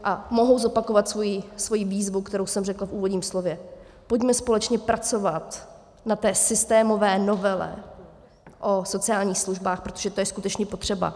A mohu zopakovat svoji výzvu, kterou jsem řekla v úvodním slově: Pojďme společně pracovat na té systémové novele o sociálních službách, protože to je skutečně potřeba.